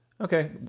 okay